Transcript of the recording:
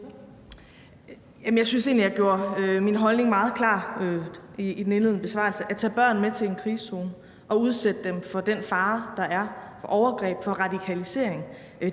Jeg synes egentlig, jeg gjorde min holdning meget klar i den indledende besvarelse. At tage børn med til en krigszone og udsætte dem for den fare, der er for overgreb og radikalisering,